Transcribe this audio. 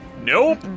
Nope